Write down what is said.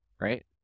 Right